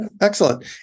Excellent